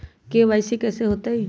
KYC कैसे होतई?